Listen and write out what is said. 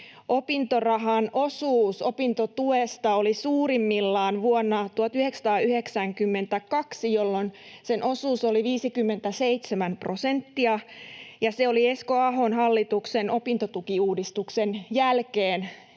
opintorahan osuus opintotuesta oli suurimmillaan vuonna 1992, jolloin sen osuus oli 57 prosenttia, ja se oli Esko Ahon hallituksen opintotukiuudistuksen jälkeen,